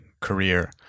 career